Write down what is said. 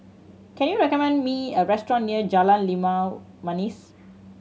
can you recommend me a restaurant near Jalan Limau Manis